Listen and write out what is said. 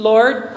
Lord